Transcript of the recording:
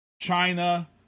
China